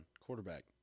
Quarterback